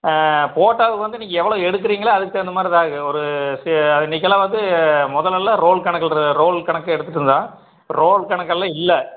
ஃபோட்டோவுக்கு வந்து நீங்கள் எவ்வளோ எடுக்கறிங்ளோ அதுக்கு தகுந்த மாதிரி தான் இருக்கும் ஒரு சே அன்னிக்கிலாம் வந்து முதல்லலாம் ரோல் கணக்கில் ரோல் கணக்கு எடுத்துகிட்ருந்தோம் ரோல் கணெக்கெல்லாம் இல்லை